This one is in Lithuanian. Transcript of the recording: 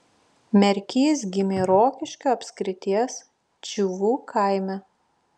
merkys gimė rokiškio apskrities čivų kaime